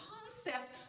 concept